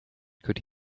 could